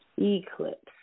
eclipse